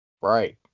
Right